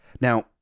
Now